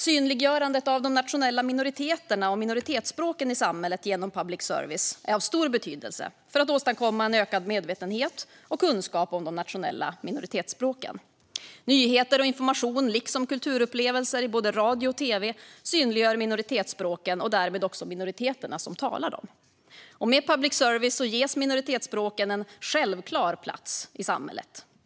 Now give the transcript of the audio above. Synliggörandet av de nationella minoriteterna och minoritetsspråken i samhället genom public service är av stor betydelse för att åstadkomma en ökad medvetenhet och kunskap om de nationella minoritetsspråken. Nyheter och information liksom kulturupplevelser i både radio och tv synliggör minoritetsspråken och därigenom också minoriteterna som talar dem. Med public service ges minoritetsspråken en självklar plats i samhället.